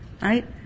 Right